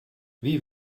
wie